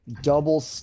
double